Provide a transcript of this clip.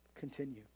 Continue